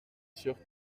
sûr